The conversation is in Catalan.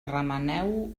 remeneu